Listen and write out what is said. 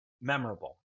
memorable